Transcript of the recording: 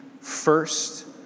first